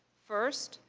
first,